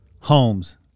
homes